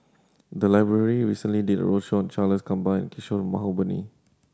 the library recently did a roadshow on Charles Gamba and Kishore Mahbubani